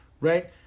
right